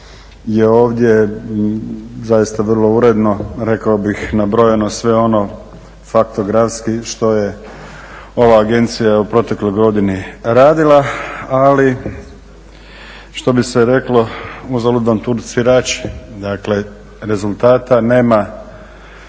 ovdje zaista vrlo uredno rekao bih nabrojeno sve ono faktografski što je ova agencija u protekloj godini radila. Ali što bi se reklo "uzaludan vam trud svirači". Dakle, rezultata nema